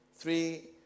three